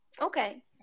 Okay